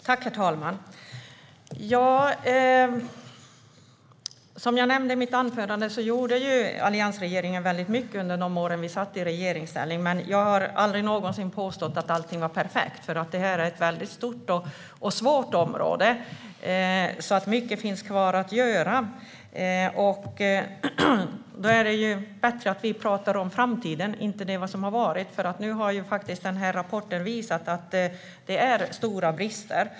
Herr talman! Som jag nämnde i mitt anförande gjorde Alliansen mycket under de år vi satt i regeringsställning. Men jag har aldrig någonsin påstått att allting är perfekt, för detta är ett stort och svårt område och mycket finns kvar att göra. Det är bättre att vi talar om framtiden och inte om det som har varit. Nu har rapporten visat att det finns stora brister.